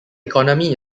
economy